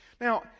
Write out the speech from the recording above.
Now